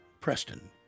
Preston